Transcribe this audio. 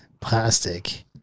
plastic